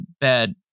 bad